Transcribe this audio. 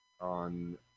on